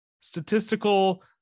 Statistical